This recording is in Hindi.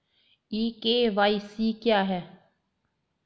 ई के.वाई.सी क्या है?